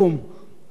על חנייה,